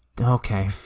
Okay